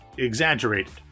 exaggerated